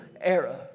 era